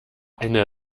eine